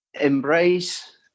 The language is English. embrace